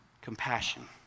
compassion